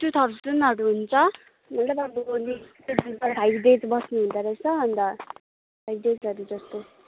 to थाउजन्डहरू हुन्छ मतलब अब फाइभ डेज बस्नु हुँदा रहेछ अन्त फाइभ डेजहरू जस्तो